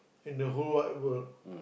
in the whole wide world